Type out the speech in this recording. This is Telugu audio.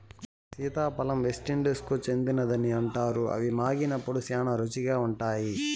సీతాఫలం వెస్టిండీస్కు చెందినదని అంటారు, ఇవి మాగినప్పుడు శ్యానా రుచిగా ఉంటాయి